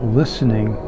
listening